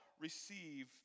receive